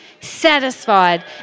satisfied